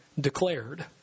declared